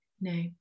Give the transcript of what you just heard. no